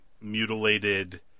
mutilated